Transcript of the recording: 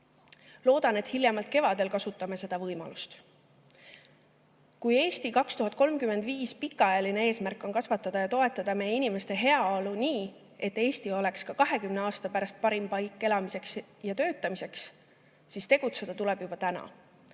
Loodan, et hiljemalt kevadel kasutame seda võimalust. Kui strateegia "Eesti 2035" pikaajaline eesmärk on kasvatada ja toetada meie inimeste heaolu nii, et Eesti oleks ka 20 aasta pärast parim paik elamiseks ja töötamiseks, siis tuleb tegutseda juba täna.